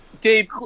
Dave